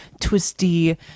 twisty